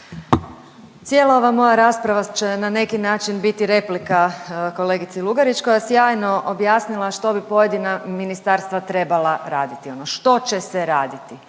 Cijela ova moja rasprava će na neki način biti replika kolegici Lugarić koja je sjajno objasnila što bi pojedina ministarstva trebala raditi ono što će se raditi.